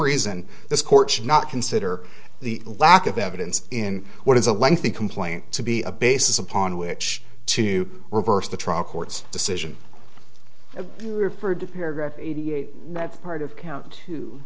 reason this court should not consider the lack of evidence in what is a lengthy complaint to be a basis upon which to reverse the trial court's decision referred to paragraph eighty eight that's part of count t